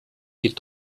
die